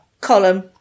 column